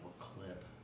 clip